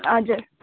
हजुर